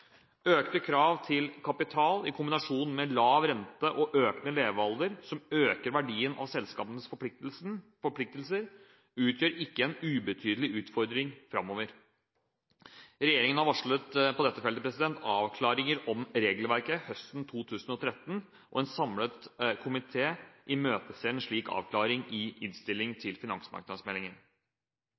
Økte krav til kapital i kombinasjon med lav rente og økende levealder, som øker verdien av selskapenes forpliktelser, utgjør en ikke ubetydelig utfordring framover. Regjeringen har på dette feltet varslet avklaringer om regelverket høsten 2013. En samlet komité imøteser en slik avklaring i innstillingen til finansmarkedsmeldingen.